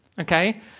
okay